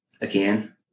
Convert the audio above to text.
again